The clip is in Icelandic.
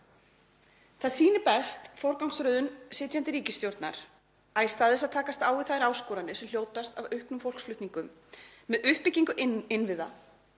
Það sýnir best forgangsröðun sitjandi ríkisstjórnar að í stað þess að takast á við þær áskoranir sem hljótast af auknum fólksflutningum með uppbyggingu innviða